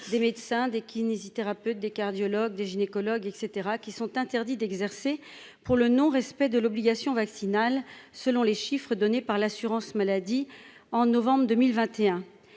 des médecins, des kinésithérapeutes, des cardiologues, des gynécologues, et caetera, qui sont interdits d'exercer pour le non respect de l'obligation vaccinale, selon les chiffres donnés par l'assurance maladie en novembre 2021